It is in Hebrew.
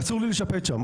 אסור לי לשפץ שם,